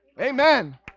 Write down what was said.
Amen